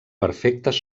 perfectes